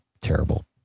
terrible